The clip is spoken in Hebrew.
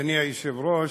אדוני היושב-ראש,